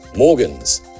Morgans